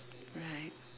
right